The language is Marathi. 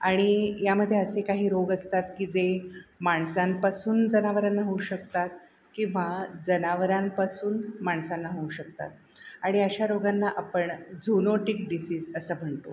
आणि यामध्ये असे काही रोग असतात की जे माणसांपासून जनावरांना होऊ शकतात किंवा जनावरांपासून माणसांना होऊ शकतात आणि अशा रोगांना आपण झोनोटिक डिसीज असं म्हणतो